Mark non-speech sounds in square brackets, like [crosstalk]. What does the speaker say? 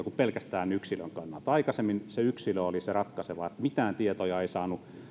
[unintelligible] kuin pelkästään yksilön kannalta aikaisemmin yksilö oli se ratkaiseva mitään tietoja ei saanut